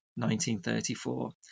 1934